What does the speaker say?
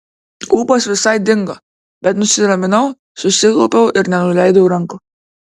ūpas visai dingo bet nusiraminau susikaupiau ir nenuleidau rankų